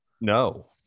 No